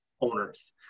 owners